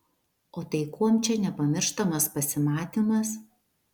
o tai kuom čia nepamirštamas pasimatymas